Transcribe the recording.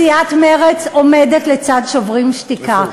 סיעת מרצ עומדת לצד "שוברים שתיקה",